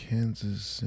Kansas